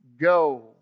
go